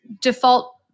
default